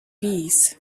bees